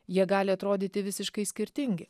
jie gali atrodyti visiškai skirtingi